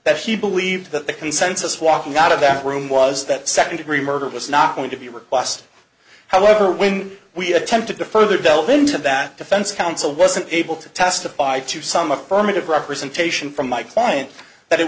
that he believed that the consensus walking out of that room was that second degree murder was not going to be a request however when we attempted to further delve into that defense counsel wasn't able to testify to some affirmative representation from my client that it